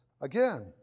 Again